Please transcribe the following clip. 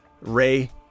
Ray